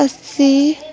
असी